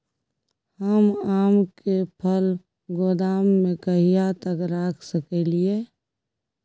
हम आम के फल गोदाम में कहिया तक रख सकलियै?